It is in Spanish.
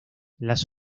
las